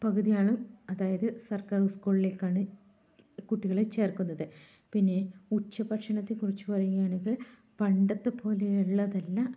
പകുതി ആൾ അതായത് സർക്കാർ സ്കൂളിലേക്കാണ് കുട്ടികളെ ചേര്ക്കുന്നത് പിന്നെ ഉച്ച ഭക്ഷണത്തെക്കുറിച്ച് പറയുവാണെങ്കിൽ പണ്ടെത്തെപ്പോലെയുള്ളതല്ല